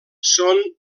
són